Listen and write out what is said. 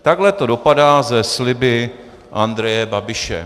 Takhle to dopadá se sliby Andreje Babiše.